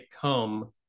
come